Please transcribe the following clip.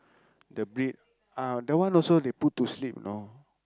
the breed ah that one also they put to sleep you know